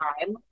time